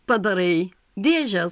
padarai vėžes